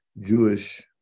Jewish